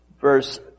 verse